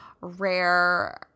rare